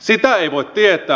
sitä ei voi tietää